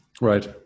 Right